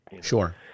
Sure